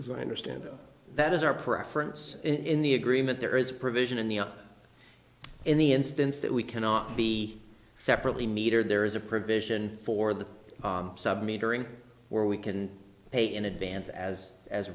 d is understand that is our preference in the agreement there is provision in the up in the instance that we cannot be separately meter there is a provision for the sub metering where we can pay in advance as as